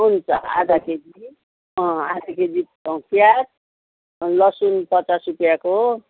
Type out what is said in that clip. हुन्छ आधा केजी अँ आधा केजी प्याज लसुन पचास रुपियाँको